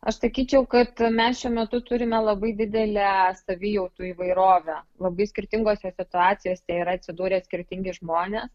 aš sakyčiau kad mes šiuo metu turime labai didelę savijautų įvairovę labai skirtingose situacijose yra atsidūrę skirtingi žmonės